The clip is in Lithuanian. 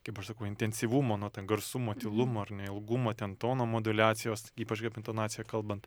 kaip aš sakau intensyvumo nuo ten garsumo tylumo ar ne ilgumo ten tono moduliacijos ypač kaip intonacija kalbant